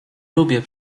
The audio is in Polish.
lubię